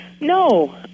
No